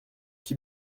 qui